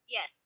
Yes